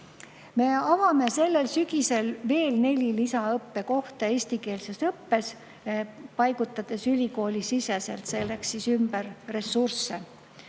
Me avame sellel sügisel veel neli lisaõppekohta eestikeelses õppes, paigutades ülikoolisiseselt selleks ümber ressursse,